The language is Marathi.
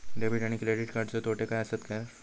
डेबिट आणि क्रेडिट कार्डचे तोटे काय आसत तर?